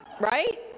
Right